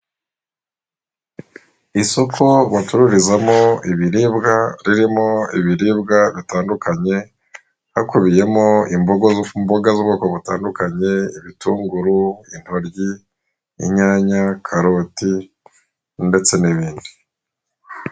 Isoko bacururizamo ibiribwa ririmo ibiribwa bitandukanye hakubiyemo imboga z'ubwoko butandukanye ibitunguru, intoryi, inyanya, karoti ndetse n'ibindi.